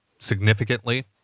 significantly